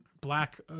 Black